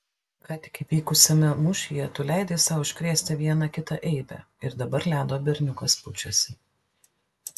ką tik vykusiame mūšyje tu leidai sau iškrėsti vieną kitą eibę ir dabar ledo berniukas pučiasi